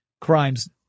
crimes